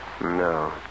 No